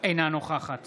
אינה נוכחת